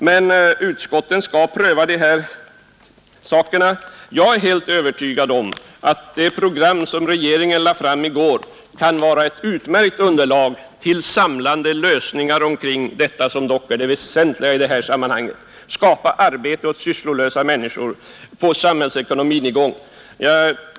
Men utskottet skall pröva de här förslagen. Jag är helt övertygad om att det program som regeringen lade fram i går kan vara ett utmärkt underlag för samlande lösningar omkring det som dock är det väsentliga i detta sammanhang: att skapa arbete åt arbetslösa människor, att få samhällsekonomin i gång.